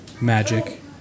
magic